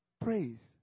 praise